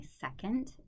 second